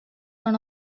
one